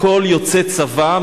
כל יוצא צבא,